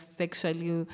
sexually